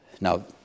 Now